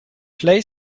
play